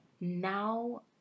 now